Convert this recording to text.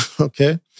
okay